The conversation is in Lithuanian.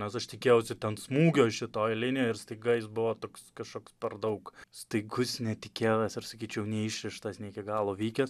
nes aš tikėjausi ten smūgio šitoj linijoj ir staiga jis buvo toks kažkoks per daug staigus netikėtas ir sakyčiau neišrištas ne iki galo vykęs